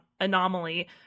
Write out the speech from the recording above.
anomaly